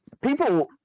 people